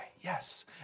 Yes